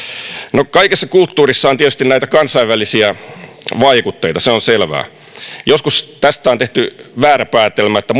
no kaikessa kulttuurissa on tietysti näitä kansainvälisiä vaikutteita se on selvää joskus tästä on tehty väärä päätelmä että